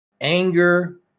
anger